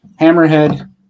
Hammerhead